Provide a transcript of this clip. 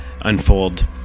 unfold